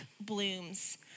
blooms